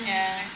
ya